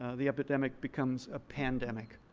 ah the epidemic becomes a pandemic,